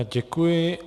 Děkuji.